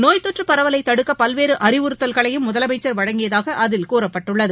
நோய் தொற்று பரவலை தடுக்க பல்வேறு அறிவுறுத்தல்களையும் முதலமைச்சர் வழங்கியதாக அதில் கூறப்பட்டுள்ளது